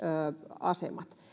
asemat vuonna